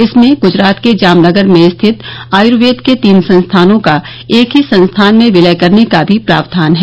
इसमें गुजरात के जामगर में स्थित आयुर्वेद के तीन संस्थानों का एक ही संस्थान में विलय करने का भी प्रावधान है